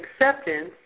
acceptance